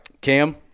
Cam